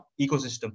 ecosystem